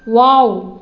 wow